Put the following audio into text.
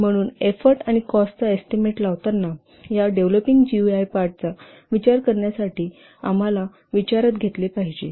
म्हणून एफोर्ट आणि कॉस्टचा एस्टीमेट लावताना या डेव्हलपिंग जीयूआय पार्ट विचारात घेतले पाहिजे